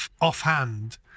offhand